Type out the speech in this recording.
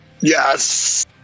yes